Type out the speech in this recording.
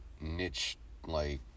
niche-like